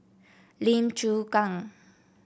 Lim Chu Kang